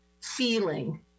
feeling